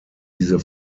diese